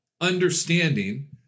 understanding